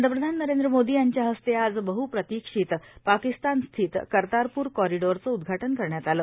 पंतप्रधान नरेंद्र मोदी यांच्या हस्ते आज बद्दप्रतिक्षीत पाकिस्तान स्थित कर्तारपूर कॉरीडोअरचं उद्घाटन करण्यात आलं